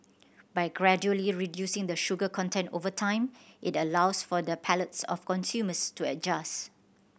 by gradually reducing the sugar content over time it allows for the palates of consumers to adjust